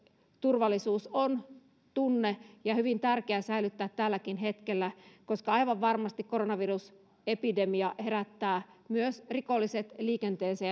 turvallisuus on tunne joka on hyvin tärkeä säilyttää tälläkin hetkellä koska aivan varmasti koronavirusepidemia herättää myös rikolliset liikenteeseen